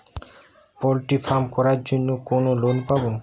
Poultry farm করার জন্য কোন লোন পাব?